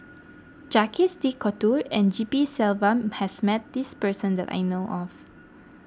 Jacques De Coutre and G P Selvam has met this person that I know of